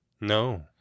No